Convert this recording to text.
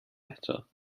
eto